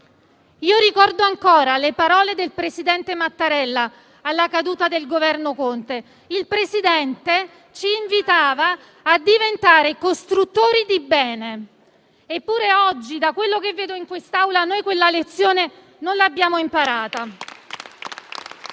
Io ricordo ancora le parole del presidente Mattarella alla caduta del Governo Conte: il Presidente ci invitava a diventare costruttori di bene. Eppure oggi, da quanto vedo in quest'Aula, quella lezione non l'abbiamo imparata.